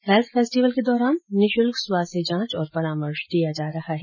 health festival के दौरान निःशुल्क स्वास्थ्य जांच और परामर्श दिया जा रहा है